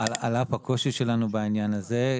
על אף הקושי שלנו בעניין הזה,